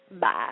Bye